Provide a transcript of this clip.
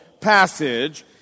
passage